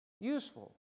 useful